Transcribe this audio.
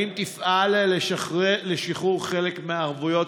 1. האם תפעל לשחרור חלק מהערבויות,